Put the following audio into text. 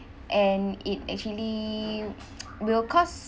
and it actually will cause